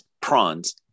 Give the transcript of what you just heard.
prawns